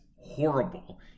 horrible